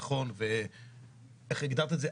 נכון ואיך הגדרת את זה?